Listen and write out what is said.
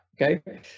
Okay